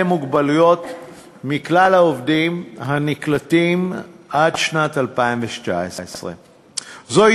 מוגבלויות מכלל העובדים הנקלטים עד שנת 2019. זוהי